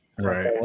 Right